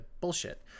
bullshit